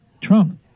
Trump